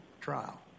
trial